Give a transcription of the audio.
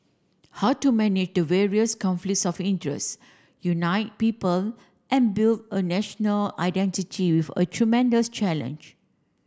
how to manage the various conflicts of interest unite people and build a national identity with a tremendous challenge